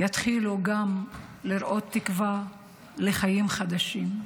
יתחילו גם לראות תקווה לחיים חדשים.